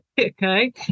Okay